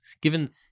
Given